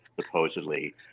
supposedly